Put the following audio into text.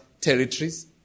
territories